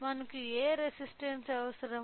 మనకు ఏ రెసిస్టన్స్ అవసరం